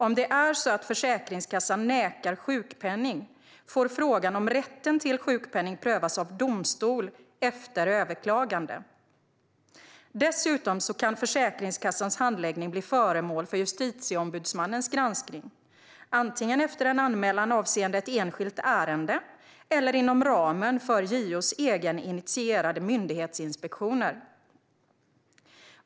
Om det är på det sättet att Försäkringskassan nekar sjukpenning får frågan om rätten till sjukpenning prövas av domstol efter överklagande. Dessutom kan Försäkringskassans handläggning bli föremål för Justitieombudsmannens granskning, antingen efter en anmälan avseende ett enskilt ärende eller inom ramen för JO:s egeninitierade myndighetsinspektioner.